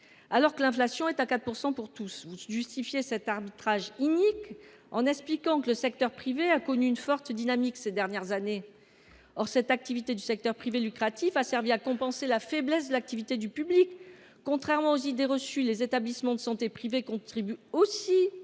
Même si l’inflation est de 4 % pour tous, vous justifiez cet arbitrage inique en expliquant que le secteur privé a connu une forte dynamique ces dernières années. Or l’activité du secteur privé lucratif a servi à compenser la faiblesse de l’activité du secteur public. Contrairement aux idées reçues, les établissements de santé privés contribuent aussi